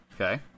Okay